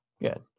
Good